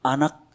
Anak